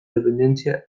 dependentzia